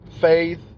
faith